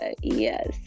yes